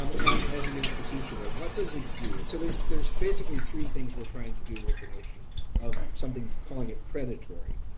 um and as an institution, and what does it do? and so there's there's basically three things we're trying to do with the notion of something, calling it predatory.